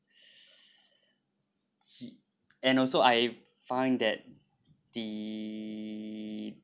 he and also I find that the